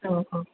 औ औ